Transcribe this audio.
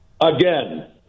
again